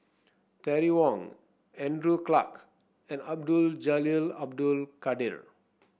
Terry Wong Andrew Clarke and Abdul Jalil Abdul Kadir